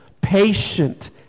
patient